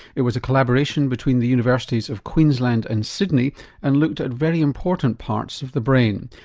it was a collaboration between the universities of queensland and sydney and looked at very important parts of the brain.